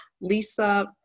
Lisa